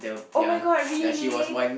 oh-my-god really